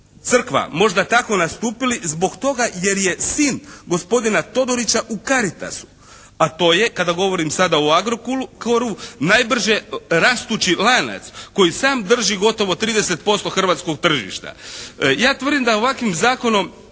crkva možda tako nastupili zbog toga jer je sin gospodina Todorića u Caritasu. A to je kada govorim sada o Agrocooru najbrže rastući lanac koji sam drži gotovo 30% hrvatskog tržišta. Ja tvrdim da ovakvim zakonom